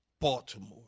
Baltimore